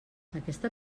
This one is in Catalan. aquesta